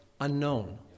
Unknown